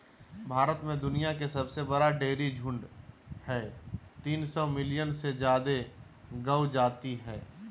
भारत में दुनिया के सबसे बड़ा डेयरी झुंड हई, तीन सौ मिलियन से जादे गौ जाती हई